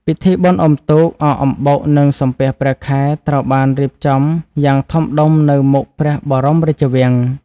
ពិធីបុណ្យអុំទូក អកអំបុក និងសំពះព្រះខែ ត្រូវបានរៀបចំយ៉ាងធំដុំនៅមុខព្រះបរមរាជវាំង។